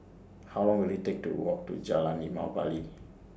How Long Will IT Take to Walk to Jalan Limau Bali